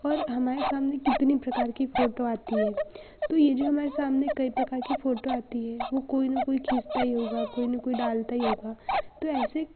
और हमारे सामने कितनी प्रकार की फ़ोटो आती हैं तो यह जो हमारे समाने कई प्रकार की फ़ोटो आती हैं वे कोई न कोई खींचता ही होगा कोई न कोई डालता ही होगा तो ऐसे